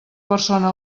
persona